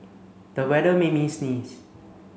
the weather made me sneeze